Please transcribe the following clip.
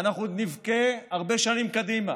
ואנחנו נבכה הרבה שנים קדימה